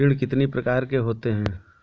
ऋण कितनी प्रकार के होते हैं?